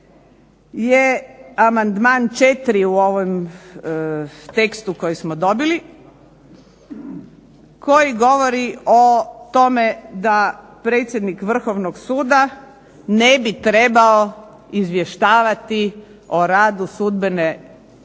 je amandman 4. u ovom tekstu koji smo dobili koji govori o tome da predsjednik Vrhovnog suda ne bi trebao izvještavati o radu sudbene